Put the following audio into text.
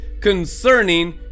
concerning